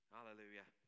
Hallelujah